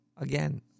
again